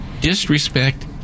disrespect